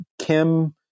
Kim